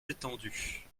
étendues